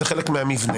זה חלק מהמבנה,